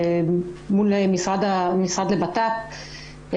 מול המשרד לביטחון פנים.